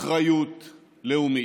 אחריות לאומית.